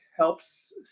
Helps